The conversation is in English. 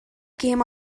came